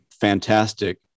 fantastic